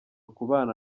kubana